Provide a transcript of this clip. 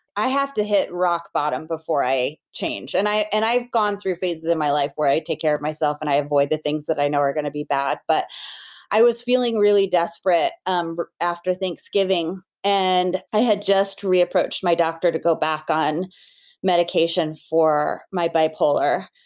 i have to hit rock bottom before i change, and and i've gone through phases in my life where i take care of myself and i avoid the things that i know are going to be bad, but i was feeling really desperate um after thanksgiving, and i had just reapproached my doctor to go back on medication for my bipolar,